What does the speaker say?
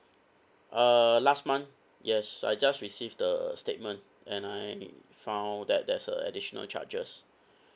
uh last month yes I just received the statement and I found that there's a additional charges